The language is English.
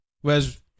Whereas